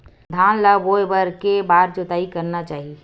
धान ल बोए बर के बार जोताई करना चाही?